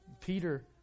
Peter